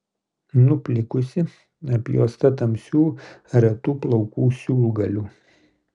nuplikusi apjuosta tamsių retų plaukų siūlgalių